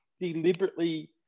deliberately